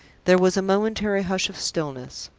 there was a momentary hush of stillness.